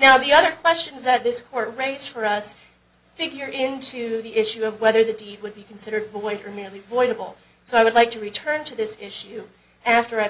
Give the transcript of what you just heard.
now the other question is that this court rates for us figure into the issue of whether the deed would be considered boys or merely voidable so i would like to return to this issue after i've